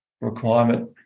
requirement